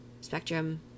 spectrum